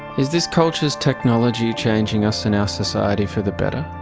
is this culture's technology changing us and our society for the better?